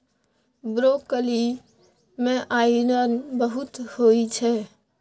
broccoli मे iron बहुत होइ छै